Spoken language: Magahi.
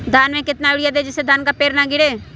धान में कितना यूरिया दे जिससे धान का पेड़ ना गिरे?